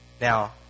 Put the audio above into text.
Now